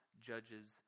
judges